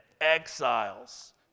exiles